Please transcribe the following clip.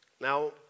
Now